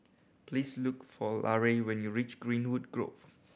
please look for Larae when you reach Greenwood Grove